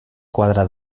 quadre